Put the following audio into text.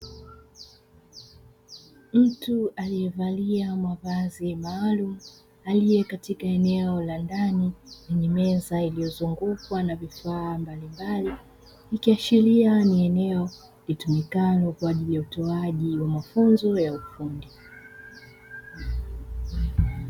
Mtu aliye valia mavazi maalumu, aliye katika eneo la ndani lenye meza iliyozungukwa na vifaa mbalimbali. Ikiashiria ni eneo litumikalo kwa ajili ya utoaji wa mafunzo ya ufundi.